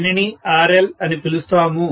దీనిని RL అని పిలుస్తాము